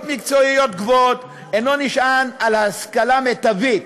מקצועיות גבוהות ואינו נשען על השכלה מיטבית.